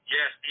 Yes